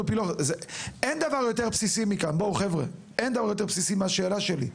אין דבר יותר בסיסי מהשאלה שלי,